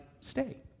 stay